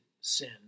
sin